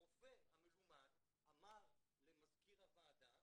הרופא המלומד אמר למזכיר הוועדה